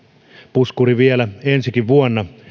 puskuri vielä ensikin vuonna